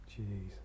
Jeez